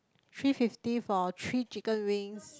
three fifty for three chicken wings